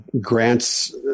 grants